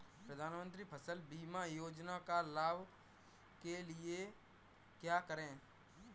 प्रधानमंत्री फसल बीमा योजना का लाभ लेने के लिए क्या करें?